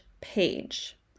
page